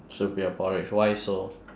soupy or porridge why so